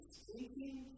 speaking